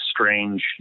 strange